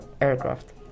aircraft